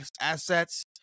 Assets